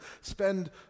spend